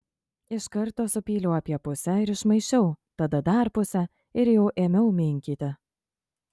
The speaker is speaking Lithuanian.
iš karto supyliau apie pusę ir išmaišiau tada dar pusę ir jau ėmiau minkyti